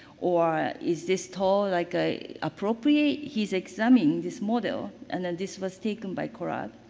or is this tall, like, ah appropriate? he's examining this model. and then this was taken by korab.